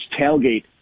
tailgate